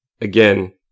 again